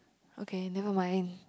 okay never mind